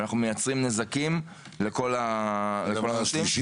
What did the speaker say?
ואנחנו מייצרים נזקים לכל הצדדים.